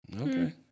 Okay